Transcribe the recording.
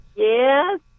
Yes